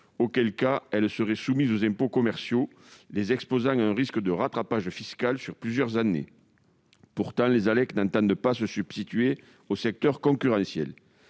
ce cas, elles seraient soumises aux impôts commerciaux, ce qui les exposerait à un risque de rattrapage fiscal sur plusieurs années. Pourtant, les ALEC n'entendent pas se substituer au secteur concurrentiel.